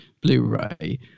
blu-ray